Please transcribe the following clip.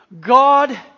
God